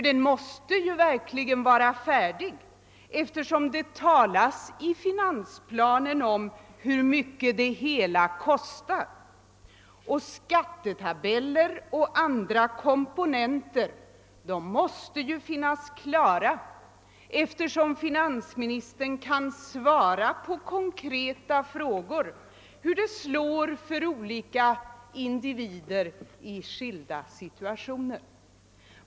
Den måste ju ändå vara färdig, eftersom det i finansplanen anges hur mycket det hela kostar. Skattetabeller och andra komponenter måste också vara klara, eftersom finansministern kan svara på konkreta frågor om hur det slår för olika individer i skilda situationer.